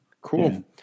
cool